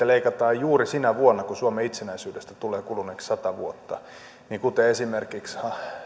leikataan juuri sinä vuonna kun suomen itsenäisyydestä tulee kuluneeksi sata vuotta kuten esimerkiksi